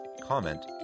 comment